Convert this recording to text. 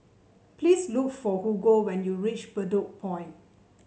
please look for Hugo when you reach Bedok Point